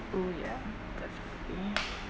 oh yeah definitely